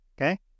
Okay